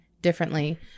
differently